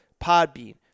Podbean